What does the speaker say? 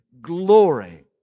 glory